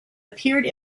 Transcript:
appeared